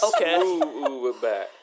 Okay